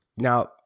Now